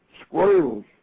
Squirrels